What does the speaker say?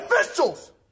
officials